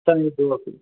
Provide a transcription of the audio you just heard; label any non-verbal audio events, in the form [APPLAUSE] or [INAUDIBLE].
[UNINTELLIGIBLE]